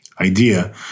idea